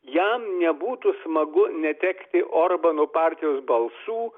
jam nebūtų smagu netekti orbano partijos balsų